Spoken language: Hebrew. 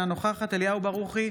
אינה נוכחת אליהו ברוכי,